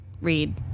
Read